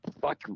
fuck